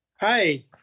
Hi